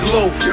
Loaf